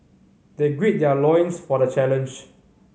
they gird their loins for the challenge